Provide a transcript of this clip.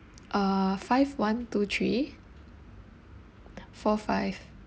uh five one two three four five